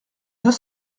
deux